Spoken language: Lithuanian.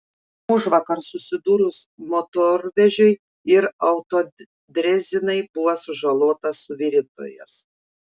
užvakar susidūrus motorvežiui ir autodrezinai buvo sužalotas suvirintojas